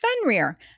Fenrir